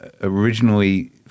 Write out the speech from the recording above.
originally